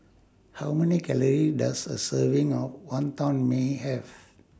How Many Calories Does A Serving of Wonton Mee Have